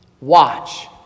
Watch